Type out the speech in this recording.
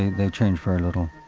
they changed very little.